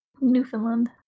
Newfoundland